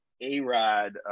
A-Rod